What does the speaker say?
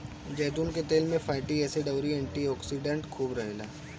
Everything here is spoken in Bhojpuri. जैतून के तेल में फैटी एसिड अउरी एंटी ओक्सिडेंट खूब रहेला